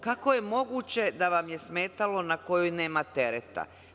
Kako je moguće da vam je smetalo - na kojoj nema tereta?